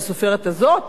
ספר נפלא.